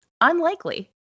Unlikely